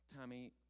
Tommy